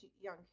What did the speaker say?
young